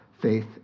faith